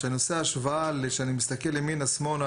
כשאני עושה השוואה ומסתכל ימינה ושמאלה